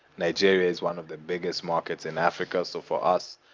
nigeria is one of the biggest markets in africa. so for us,